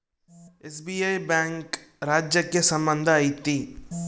SBI bank ರಾಜ್ಯಕ್ಕೆ ಸಂಬಂಧ ಐತಿ